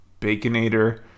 Baconator